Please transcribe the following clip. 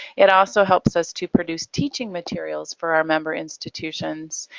it also helps us to produce teaching materials for our member institutions.